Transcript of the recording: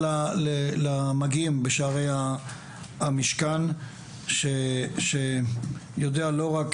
ותודה למגיעים בשערי המשכן שיודע לא רק